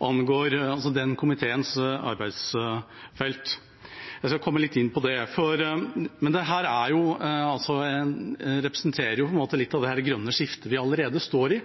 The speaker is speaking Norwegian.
angår den komiteens arbeidsfelt. Jeg skal komme litt inn på det. Dette representerer litt av det grønne skiftet vi allerede står i, og det er morsomt å få være med på den omstillingen som nå skjer, å være så tett på det. Dette har kommet veldig tett på mange kommuner, og vi